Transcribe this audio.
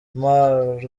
mar